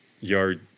yard